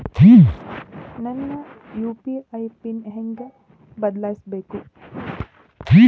ನನ್ನ UPI PIN ಹೆಂಗ್ ಬದ್ಲಾಯಿಸ್ಬೇಕು?